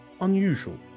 unusual